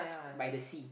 by the sea